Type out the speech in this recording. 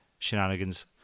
shenanigans